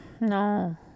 No